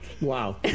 Wow